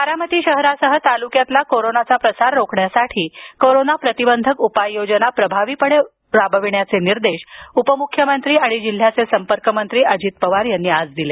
बारामती शहरासह तालुक्यात कोरोनाचा प्रसार रोखण्यासाठी कोरोना प्रतिबंधक उपाययोजना प्रभावीपणे राबविण्याचे निर्देश उपमुख्यमंत्री तथा जिल्ह्याचे संपर्क मंत्री अजित पवार यांनी आज दिले